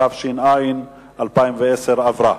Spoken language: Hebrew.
התש"ע 2010, עברה.